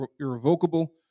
irrevocable